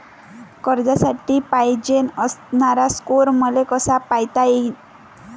कर्जासाठी पायजेन असणारा स्कोर मले कसा पायता येईन?